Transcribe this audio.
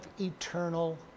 eternal